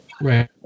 Right